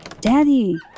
Daddy